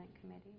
Committee